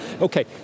Okay